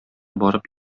барып